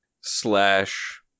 slash